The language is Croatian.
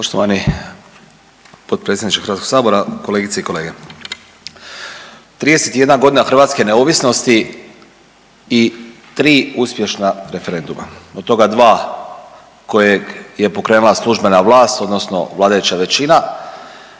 Poštovani potpredsjedniče HS-a, kolegice i kolege. 31 hrvatske neovisnosti i tri uspješna referenduma od toga dva kojeg je pokrenula službena vlast odnosno vladajuća većina,